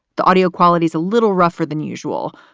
the audio quality is a little rougher than usual,